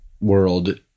world